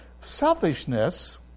selfishness